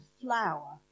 flower